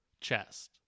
chest